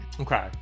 Okay